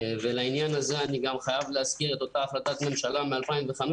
לעניין זה אני חייב להזכיר את אותה החלטת הממשלה מ-2005,